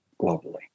globally